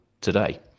today